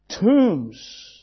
tombs